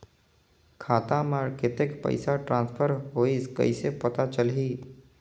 खाता म कतेक पइसा ट्रांसफर होईस कइसे पता चलही?